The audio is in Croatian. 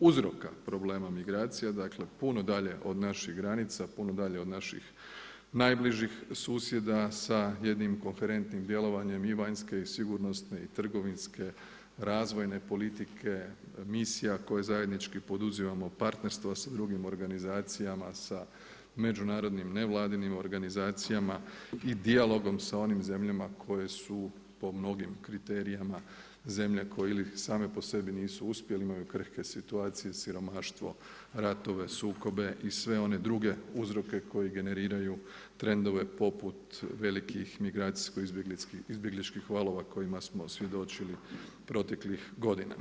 uzroka problema migracija, dakle puno dalje od naših granica, puno dalje od naših najbližih susjeda sa jednim koherentnim djelovanjem i vanjske i sigurnosne i trgovinske, razvojne politike misija koje zajednički poduzimamo, partnerstva sa drugim organizacijama, sa međunarodnim nevladinim organizacijama i dijalogom sa onim zemljama koje su po mnogim kriterijima zemlje koje ili same po sebi nisu uspjeli imaju krhke situacije siromaštvo, ratove, sukobe i sve one druge uzroke koji generiraju trendove poput velikih migracijsko-izbjegličkih valova kojima smo svjedočili proteklih godina.